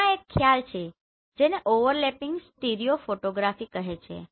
ત્યાં એક ખ્યાલ છે જેને ઓવરલેપિંગ સ્ટીરિયો ફોટોગ્રાફી કહે છે